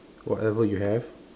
whatever you have